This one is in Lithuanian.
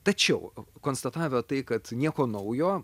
tačiau konstatavę tai kad nieko naujo